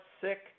sick